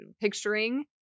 picturing